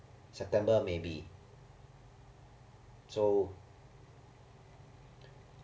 september maybe so